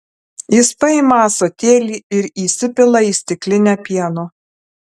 jis paima ąsotėlį ir įsipila į stiklinę pieno